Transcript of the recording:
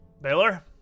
Baylor